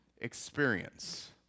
experience